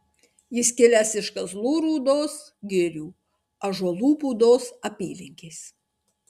jis kilęs iš kazlų rūdos girių ąžuolų būdos apylinkės